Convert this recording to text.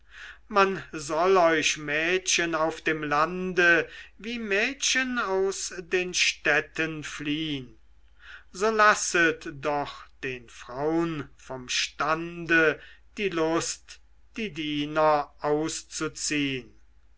man soll euch mädchen auf dem lande wie mädchen aus den städten fliehn so lasset doch den fraun von stande die lust die diener auszuziehn